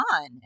on